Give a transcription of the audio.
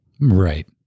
right